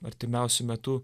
artimiausiu metu